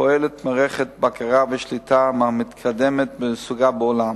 פועלת מערכת בקרה ושליטה מהמתקדמת בסוגה בעולם,